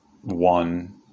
one